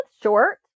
short